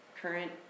current